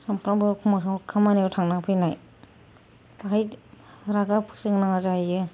सामफ्रामबो एखमब्ला समाव खामानिआव थांनानै फैनाय बेहाय रागा फोजोंनाङा जाहैयो